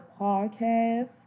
podcast